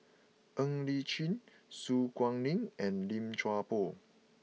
Ng Li Chin Su Guaning and Lim Chuan Poh